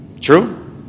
True